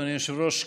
אדוני היושב-ראש,